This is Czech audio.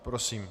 Prosím.